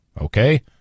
Okay